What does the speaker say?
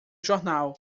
jornal